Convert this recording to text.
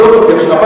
עזוב אותי עכשיו.